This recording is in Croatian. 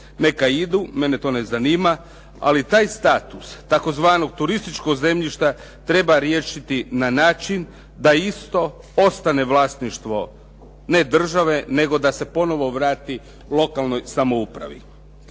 Neka idu, mene to ne zanima, ali taj status tzv. turističkog zemljišta treba riješiti na način da isto ostane vlasništvo, ne države, nego da se ponovo vrati lokalnoj samoupravi.